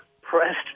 pressed